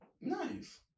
Nice